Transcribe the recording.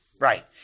Right